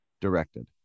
directed